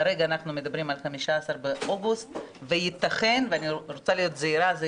כרגע אנחנו מדברים על ה-15 באוגוסט וייתכן אני רוצה להיות זהירה שזה